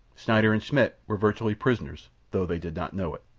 schneider and schmidt were virtually prisoners, though they did not know it.